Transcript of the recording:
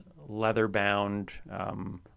leather-bound